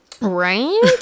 Right